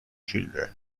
children